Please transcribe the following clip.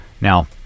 Now